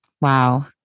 Wow